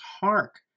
Hark